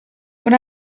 when